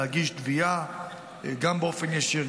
להגיש תביעה גם באופן ישיר,